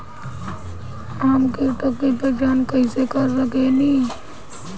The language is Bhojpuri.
हम कीटों की पहचान कईसे कर सकेनी?